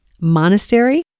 Monastery